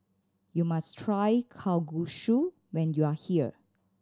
you must try Kalguksu when you are here